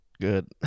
good